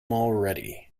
already